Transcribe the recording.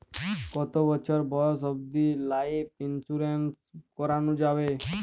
কতো বছর বয়স অব্দি লাইফ ইন্সুরেন্স করানো যাবে?